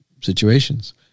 situations